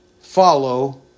follow